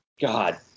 God